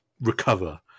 recover